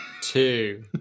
two